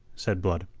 said blood.